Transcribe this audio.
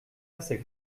assez